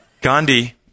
Gandhi